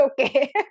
okay